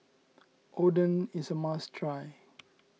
Oden is a must try